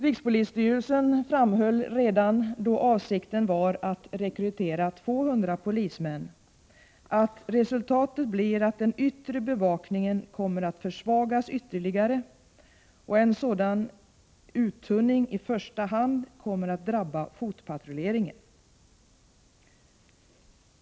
Rikspolisstyrelsen framhöll redan när förslag med avsikt att rekrytera 200 polismän lades fram, att resultatet blir att den yttre bevakningen kommer att försvagas ytterligare och att en sådan uttunning i första hand kommer att drabba fotpatrulleringen.